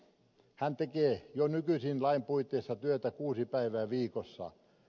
hän tekee jo nykyisin lain puitteissa työtä kuusi päivää viikossa